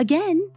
Again